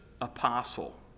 apostle